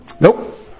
Nope